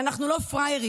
שאנחנו לא פראיירים,